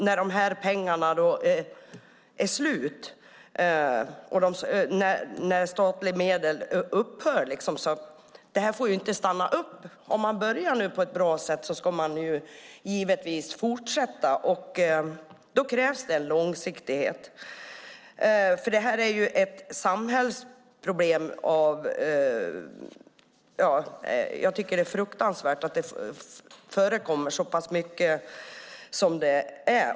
När pengarna är slut och när de statliga medlen upphör får inte arbetet stanna upp. Om man börjar på ett bra sätt ska man givetvis fortsätta, och då krävs det en långsiktighet. Detta är ett samhällsproblem. Jag tycker att det är fruktansvärt att det förekommer så mycket som det gör.